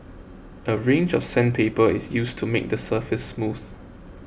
a range of sandpaper is used to make the surface smooth